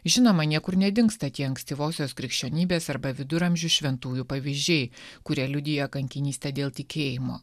žinoma niekur nedingsta tie ankstyvosios krikščionybės arba viduramžių šventųjų pavyzdžiai kurie liudija kankinystę dėl tikėjimo